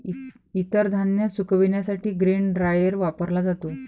इतर धान्य सुकविण्यासाठी ग्रेन ड्रायर वापरला जातो